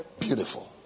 Beautiful